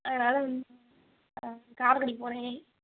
அதனால் வந்து ஆ காரைக்குடிக்கு போகிறேன்